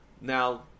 Now